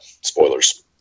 Spoilers